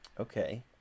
Okay